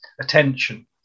attention